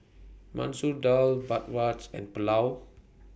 Masoor Dal Bratwurst and Pulao